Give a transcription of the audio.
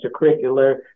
extracurricular